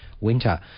Winter